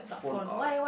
phone or like